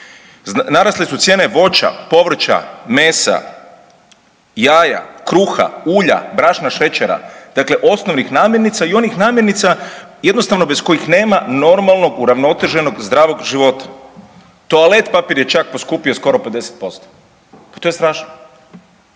narasle su cijene voća, povrća, mesa, jaja, kruha, ulja, brašna, šećera, dakle osnovnih namirnica i onih namirnica jednostavno bez kojih nema normalnog uravnoteženog zdravog života, toalet papir je čak poskupio skoro 50%. Pa to je strašno,